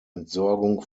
entsorgung